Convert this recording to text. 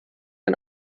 ein